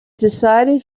decided